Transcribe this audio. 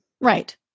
Right